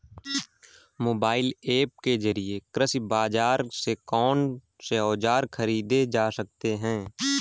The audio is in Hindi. मोबाइल ऐप के जरिए कृषि बाजार से कौन से औजार ख़रीदे जा सकते हैं?